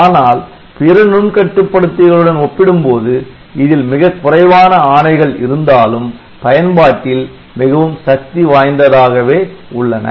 ஆனால் பிற நுண் கட்டுப்படுத்திகளுடன் ஒப்பிடும் போது இதில் மிகக் குறைவான ஆணைகள் இருந்தாலும் பயன்பாட்டில் மிகவும் சக்தி வாய்ந்ததாகவே உள்ளன